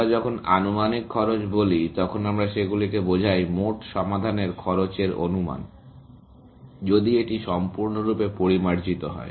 আমরা যখন আনুমানিক খরচ বলি তখন আমরা সেগুলিকে বোঝাই মোট সমাধানের খরচের অনুমান যদি এটি সম্পূর্ণরূপে পরিমার্জিত হয়